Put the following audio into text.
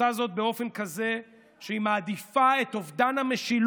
עושה זאת באופן כזה שהיא מעדיפה את אובדן המשילות,